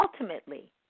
ultimately